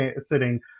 sitting